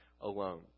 alone